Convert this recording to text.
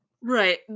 right